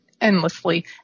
endlessly